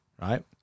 right